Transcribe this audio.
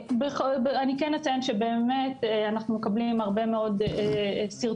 כן אציין שאנחנו מקבלים הרבה מאוד סרטונים